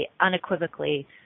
unequivocally